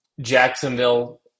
Jacksonville